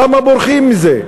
למה בורחים מזה?